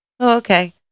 Okay